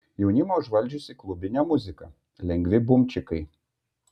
jaunimą užvaldžiusi klubinė muzika lengvi bumčikai